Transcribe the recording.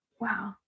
Wow